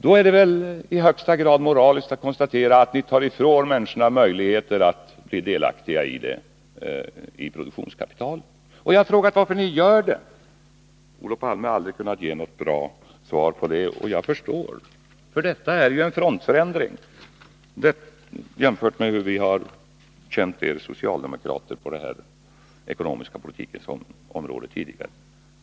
Då är det väl i högsta grad moraliskt att konstatera att ni tar ifrån människorna möjligheter att bli delaktiga i produktionskapitalet. Jag har frågat varför ni gör detta, men Olof Palme har aldrig kunnat ge något svar. Jag förstår honom. Detta är ju en frontförändring jämfört med hur vi har känt er socialdemokrater tidigare på den ekonomiska politikens område.